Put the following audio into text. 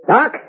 Doc